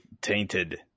Tainted